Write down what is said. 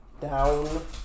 down